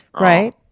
right